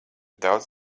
daudz